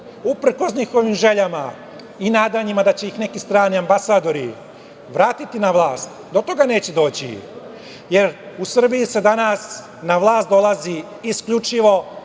Uprkos njihovim željama i nadanjima da će ih neki strani ambasadori vratiti na vlast, do toga neće doći, jer u Srbiji se danas na vlast dolazi isključivo voljom